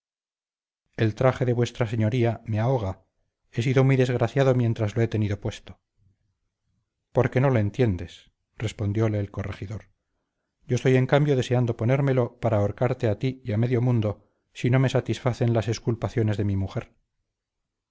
el traje de vuestra señoría me ahoga he sido muy desgraciado mientras lo he tenido puesto porque no lo entiendes respondió el corregidor yo estoy en cambio deseando ponérmelo para ahorcarte a ti y a medio mundo si no me satisfacen las exculpaciones de mi mujer